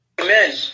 Amen